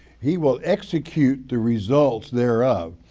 he will execute the results thereof.